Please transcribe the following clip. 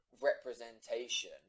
representation